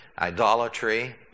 idolatry